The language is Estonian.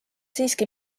siiski